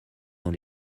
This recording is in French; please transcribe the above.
dans